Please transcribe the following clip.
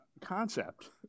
concept